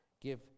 Give